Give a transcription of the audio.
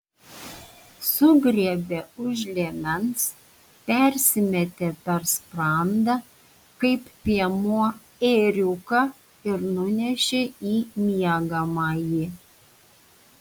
sugriebė už liemens persimetė per sprandą kaip piemuo ėriuką ir nunešė į miegamąjį